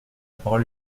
parole